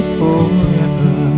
forever